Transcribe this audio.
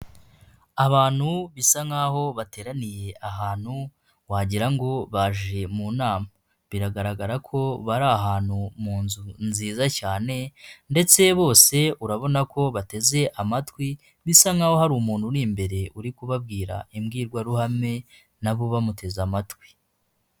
Abantu bisa nkaho bateraniye ahantu wagirango ngo baje mu nama biragaragara ko bari ahantu mu nzu nziza cyane ndetse bose urabona ko bateze amatwi bisa nkaho hari umuntu uri imbere uri kubabwira imbwirwaruhame nabo bamuteze amatwi.